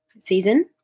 season